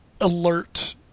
alert